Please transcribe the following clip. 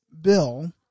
bill